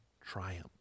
triumph